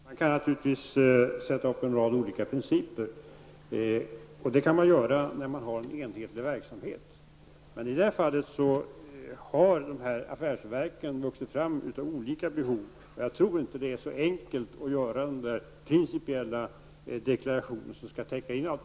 Herr talman! Man kan naturligtvis ställa upp en rad olika principer, om man har en enhetlig verksamhet. Men i det här fallet har affärsverken vuxit fram på grundval av olika behov. Jag tror inte att det är så enkelt att göra en principiell deklaration som täcker allt.